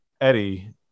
Eddie